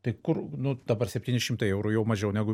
tai kur nu dabar septyni šimtai eurų jau mažiau negu